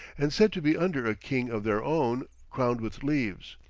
and said to be under a king of their own, crowned with leaves.